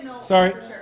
Sorry